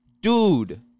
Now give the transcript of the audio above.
dude